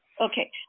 Okay